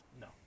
No